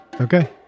Okay